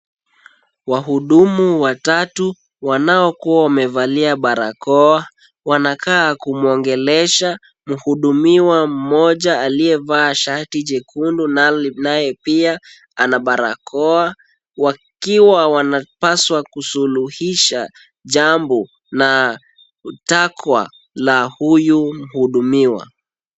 Wahudumu watatu wanaokua wamevalia barakoa wanakaa kumwongelesha mhudumiwa mmoja aliyevaa shati chekundu naye pia ana barakoa wakiwa wanapaswa kusuluhisha jambo na takwa la huyu mhudumiwa.